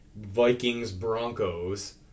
Vikings-Broncos